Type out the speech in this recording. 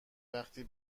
وقتی